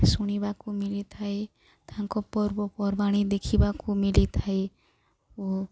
ଶୁଣିବାକୁ ମିଳିଥାଏ ତାଙ୍କ ପର୍ବପର୍ବାଣି ଦେଖିବାକୁ ମିଳିଥାଏ ଓ